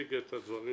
נציג את הדברים,